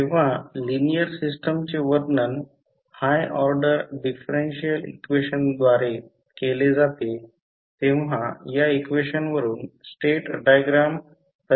जेव्हा लिनिअर सिस्टमचे वर्णन हाय ऑर्डर डिफरेन्शियल इक्वेशनद्वारे केले जाते तेव्हा या इक्वेशन वरून स्टेट डायग्राम तयार केली जाऊ शकते